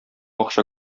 акча